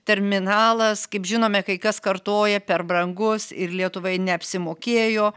terminalas kaip žinome kai kas kartoja per brangus ir lietuvai neapsimokėjo